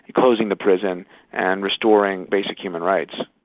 closing the prison and restoring basic human rights.